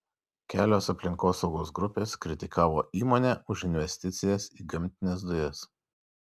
kelios aplinkosaugos grupės kritikavo įmonę už investicijas į gamtines dujas